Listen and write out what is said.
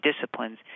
disciplines